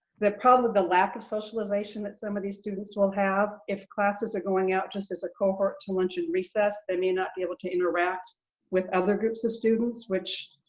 probably the lack of socialization that some of these students will have. if classes are going out just as a cohort to lunch and recess they may not be able to interact with other groups of students, which,